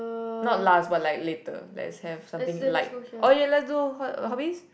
not last but like later let's have something light okay let's do hobbies